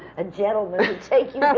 a gentleman to take you, but